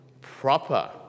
proper